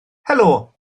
helo